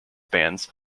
bands